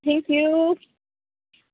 thank you